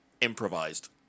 improvised